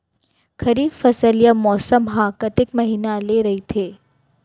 खरीफ फसल या मौसम हा कतेक महिना ले रहिथे?